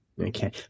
Okay